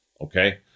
okay